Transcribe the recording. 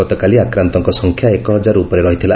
ଗତକାଲି ଆକ୍ରାନ୍ତଙ୍କ ସଂଖ୍ୟା ଏକ ହଜାର ଉପରେ ରହିଥିଲା